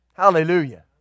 Hallelujah